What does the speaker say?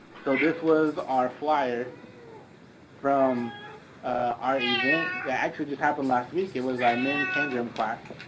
so this was our flyer from our event that actually just happened last week. it was our men's hand drum class.